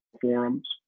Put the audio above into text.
forums